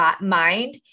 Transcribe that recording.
mind